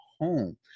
home